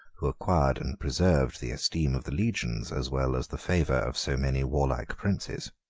who acquired and preserved the esteem of the legions as well as the favor of so many warlike princes.